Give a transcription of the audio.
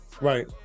right